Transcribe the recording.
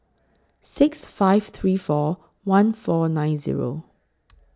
six five three four one four nine Zero